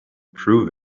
prove